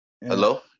Hello